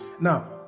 Now